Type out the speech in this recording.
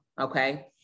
Okay